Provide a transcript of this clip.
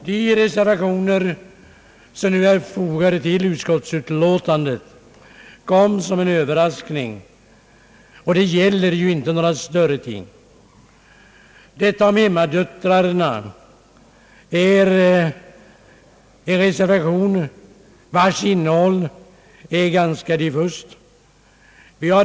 De reservationer som är fogade till utskottsutlåtandet kom som en överraskning och gäller inte några större ting. Innehållet i reservationen om hemmadöttrarna är ganska diffust.